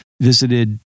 visited